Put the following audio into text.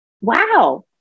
wow